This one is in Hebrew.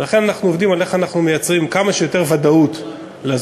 ולכן אנחנו עובדים על איך אנחנו מייצרים כמה שיותר ודאות לזוכה,